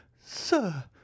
sir